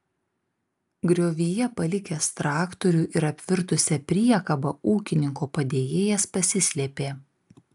griovyje palikęs traktorių ir apvirtusią priekabą ūkininko padėjėjas pasislėpė